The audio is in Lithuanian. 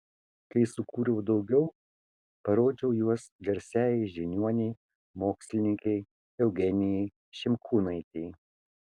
kai sukūriau daugiau parodžiau juos garsiajai žiniuonei mokslininkei eugenijai šimkūnaitei